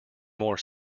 more